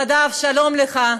נדב, שלום לך,